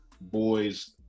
boys